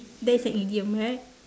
that's an idiom right